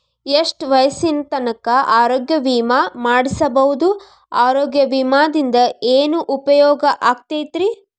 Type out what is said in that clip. ಎಷ್ಟ ವಯಸ್ಸಿನ ತನಕ ಆರೋಗ್ಯ ವಿಮಾ ಮಾಡಸಬಹುದು ಆರೋಗ್ಯ ವಿಮಾದಿಂದ ಏನು ಉಪಯೋಗ ಆಗತೈತ್ರಿ?